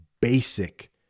basic